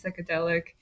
psychedelic